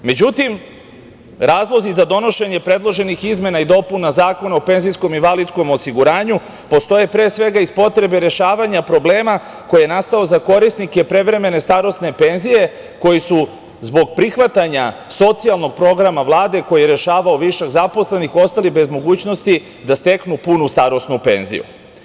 Međutim, razlozi za donošenje predloženih izmena i dopuna Zakona o penzijskom i invalidskom osiguranju postoje, pre svega, iz potrebe rešavanja problema koji je nastao za korisnike prevremene starosne penzije, koji su zbog prihvatanja socijalnog programa Vlade, koji je rešavao višak zaposlenih, ostali bez mogućnosti da steknu punu starosnu penziju.